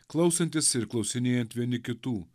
klausantis ir klausinėjant vieni kitų